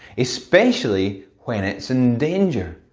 especially when it's in danger.